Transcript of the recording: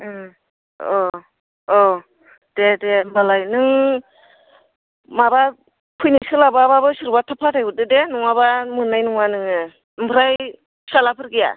अ अ दे दे होनबालाय नों माबा फैनो सोलाबाबो सोरबाफोर थिनहरदो दे नङाबा मोननाय नङा नोङो ओमफ्राय फिसालाफोर गैया